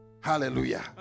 Hallelujah